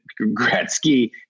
Gretzky